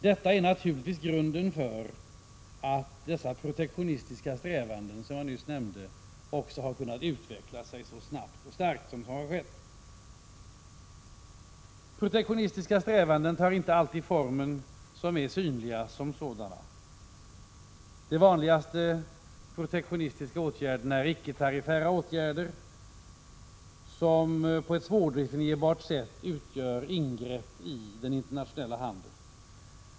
Detta är naturligtvis grunden till att dessa protektionistiska strävanden som jag nyss nämnde också har kunnat utveckla sig så snabbt och starkt som har skett. Protektionistiska strävanden tar inte alltid den formen att de är synliga som sådana. De vanligaste protektionistiska åtgärderna är icke-tariffära åtgärder, som på ett svårdefinierbart sätt utgör ingrepp i den internationella handeln.